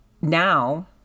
now